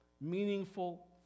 meaningful